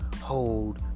hold